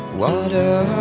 water